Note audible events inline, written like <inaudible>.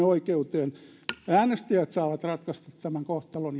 <unintelligible> oikeuteen äänestäjät saavat ratkaista tämän kohtalon <unintelligible>